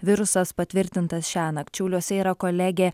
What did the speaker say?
virusas patvirtintas šiąnakt šiauliuose yra kolegė